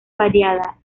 variada